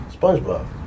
SpongeBob